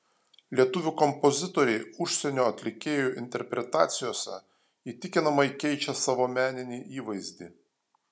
lietuvių kompozitoriai užsienio atlikėjų interpretacijose įtikinamai keičia savo meninį įvaizdį